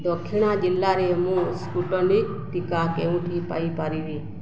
ଦକ୍ଷିଣା ଜିଲ୍ଲାରେ ମୁଁ ସ୍ପୁଟନିକ୍ ଟିକା କେଉଁଠି ପାଇ ପାରିବି